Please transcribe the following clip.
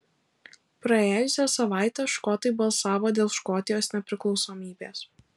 praėjusią savaitę škotai balsavo dėl škotijos nepriklausomybės